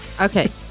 Okay